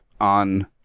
on